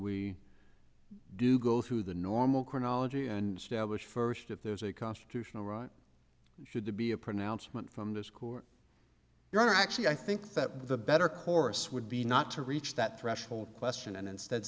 i do go through the normal chronology and stablished first if there's a constitutional right to be a pronouncement from this court you're actually i think that the better course would be not to reach that threshold question and instead